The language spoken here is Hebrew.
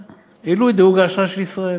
והעלו את דירוג האשראי של ישראל.